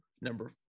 number